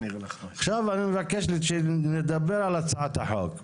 עכשיו אני מבקש שנדבר על הצעת החוק.